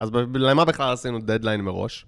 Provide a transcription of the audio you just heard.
אז למה בכלל עשינו דדליין מראש?